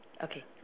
okay